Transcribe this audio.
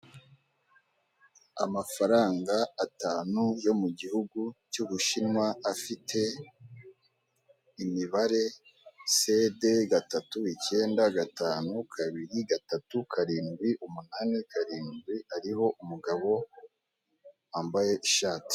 Amafaranga atanu yo mu gihugu cy'Ubushinwa afite imibare cede gatatu icyenda gatanu kabiri gatatu karindwi umunani karindwi ariho umugabo wambaye ishati.